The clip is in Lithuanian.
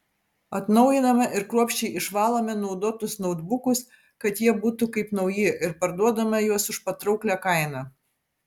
atnaujiname ir kruopščiai išvalome naudotus nautbukus kad jie būtų kaip nauji ir parduodame juos už patrauklią kainą